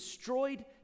destroyed